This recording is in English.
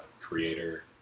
creator